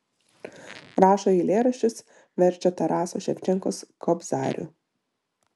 rašo eilėraščius verčia taraso ševčenkos kobzarių